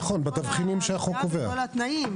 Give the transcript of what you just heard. נכון, בתבחינים שהחוק קובע.